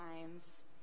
times